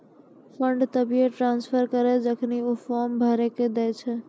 fund तभिये transfer करऽ जेखन ऊ फॉर्म भरऽ के दै छै